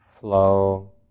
flow